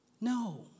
No